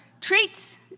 treats